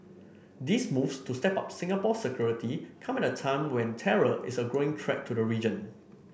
these moves to step up Singapore's security come at a time when terror is a growing threat to the region